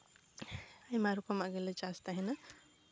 ᱟᱭᱢᱟ ᱨᱚᱠᱚᱢᱟᱜ ᱜᱮᱞᱮ ᱪᱟᱥ ᱛᱟᱦᱮᱱᱟ